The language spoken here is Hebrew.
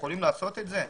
שיכולים לעשות את זה?